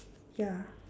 ya